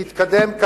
להתקדם,